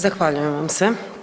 Zahvaljujem vam se.